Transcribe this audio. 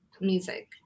music